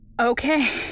Okay